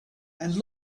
and